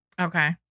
Okay